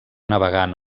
navegant